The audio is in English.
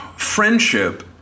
Friendship